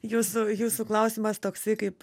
jūsų jūsų klausimas toksai kaip